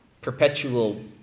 perpetual